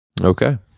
Okay